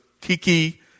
Kiki